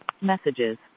Messages